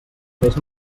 fes